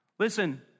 Listen